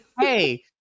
Hey